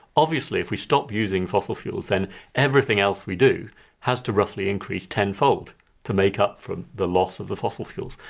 obviously if we stop using fossil fuels then everything else we do has to roughly increase ten-fold to make up for the loss of the fossil fuels.